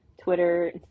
Twitter